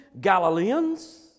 Galileans